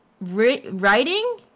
writing